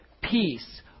peace